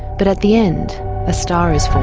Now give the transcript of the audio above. but at the end a star is formed.